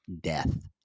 death